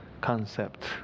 concept